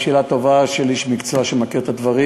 שאלה טובה של איש מקצוע שמכיר את הדברים.